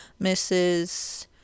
Mrs